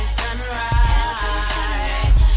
sunrise